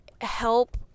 help